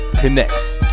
Connects